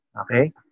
Okay